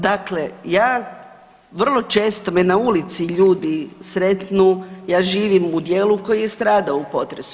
Dakle, ja vrlo često me na ulici ljudi sretnu, ja živim u dijelu koji je stradao u potresu.